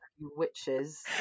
Witches